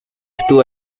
estuvo